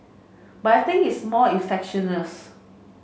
but I think it's more efficacious